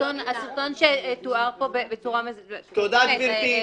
הסרטון שתואר פה בצורה --- תודה, גברתי.